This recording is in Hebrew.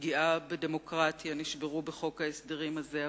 ופגיעה בדמוקרטיה נשברו בחוק ההסדרים הזה,